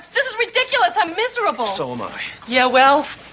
this is ridiculous. i'm miserable. so um um yeah, well,